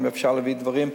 אם אפשר להביא דברים,